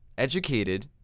educated